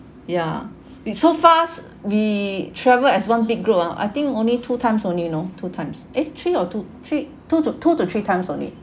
ya it's so fast we travelled as one big group ah I think only two times only you know two times eh three or two three two two two to three times only